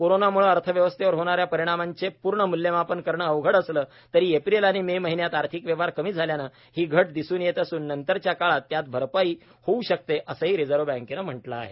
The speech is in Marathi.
कोरोनामुळे अर्थव्यवस्थेवर होणाऱ्या परिणामांचे पूर्ण मूल्यमापन करणं अवघड असलं तरी एप्रिल आणि मे महिन्यात आर्थिक व्यवहार कमी झाल्यानं ही घट दिसून येत असून नंतरच्या काळात त्यात भरपाई होऊ शकते असंही रिझर्व बँकेनं म्हटलं आहे